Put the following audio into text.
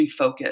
refocus